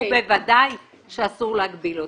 ובוודאי שאסור להגביל אותן.